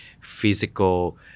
physical